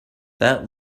that